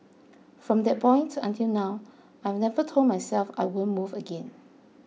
from that point until now I've never told myself I won't move again